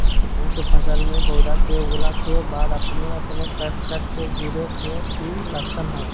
गेहूं के फसल में पौधा के उगला के बाद अपने अपने कट कट के गिरे के की लक्षण हय?